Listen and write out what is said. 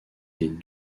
des